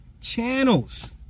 channels